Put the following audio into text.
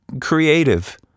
creative